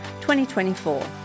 2024